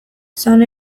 izan